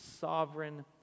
sovereign